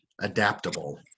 adaptable